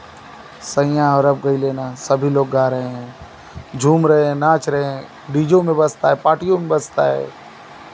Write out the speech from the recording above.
सैयाँ अरब गइले ना सभी लोग गा रहे हैं झूम रहे हैं नाच रहे हैं डिजेयों में बजता है पार्टियों में बजता है